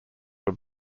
were